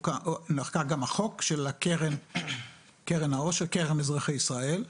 נחקק גם החוק של קרן העושר, קרן אזרחי ישראל,